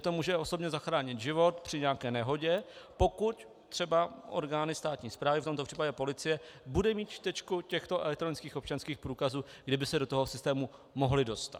Mně to může osobně zachránit život při nějaké nehodě, pokud třeba orgány státní správy, v tomto případě policie, budou mít čtečku těchto elektronických občanských průkazů, aby se do toho systému mohli dostat.